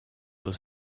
aux